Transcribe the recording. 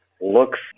looks